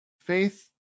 Faith